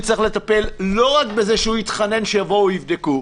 לא רק בזה שהוא יתחנן שיבואו ויבדקו,